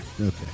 Okay